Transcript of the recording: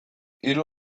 hiru